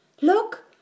look